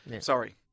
Sorry